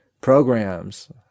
programs